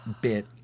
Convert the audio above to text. bit